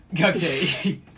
Okay